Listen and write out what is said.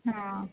ହଁ